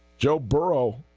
joe burrough